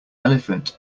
elephant